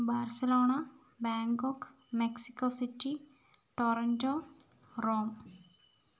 Barcelona Bangkok Mexico city Toronto Rome